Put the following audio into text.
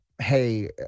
Hey